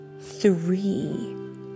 three